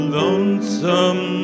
lonesome